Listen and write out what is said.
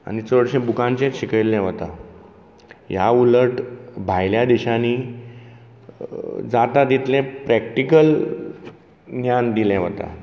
आनी चडशें बुकांचेंच शिकयल्लें वता ह्या उलट भायल्या देशांनी जाता तितलें प्रॅक्टीकल ज्ञान दिलें वता